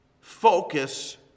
focus